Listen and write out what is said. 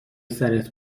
سرت